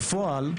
בפועל,